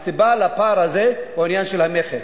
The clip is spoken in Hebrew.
הסיבה לפער הזה היא עניין של המכס.